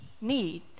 need